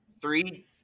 three